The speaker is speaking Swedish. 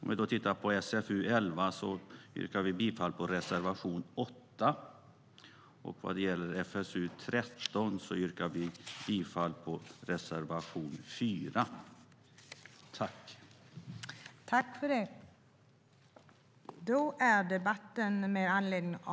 När det gäller SfU11 yrkar jag bifall till reservation 8, och när det gäller SfU13 yrkar jag bifall till reservation 4.